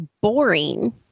boring